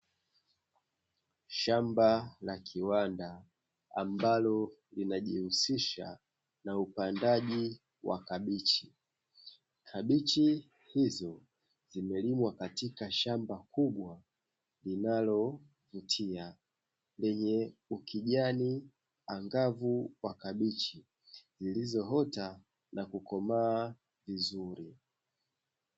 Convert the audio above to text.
Shamba la kiwanda ambalo linajihusisha na upandaji wa kabichi. Kabichi hizo zimelimwa katika shamba kubwa linalovutia, lenye ukijani angavu wa kabichi zilizo ota na kukomaa vizuri.